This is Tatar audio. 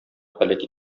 һәлак